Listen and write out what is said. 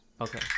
Okay